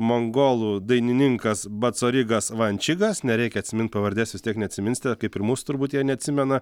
mongolų dainininkas bacorigas van čigas nereikia atsimint pavardės vis tiek neatsiminsite kaip ir mūsų turbūt jie neatsimena